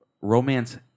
Romance